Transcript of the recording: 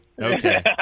Okay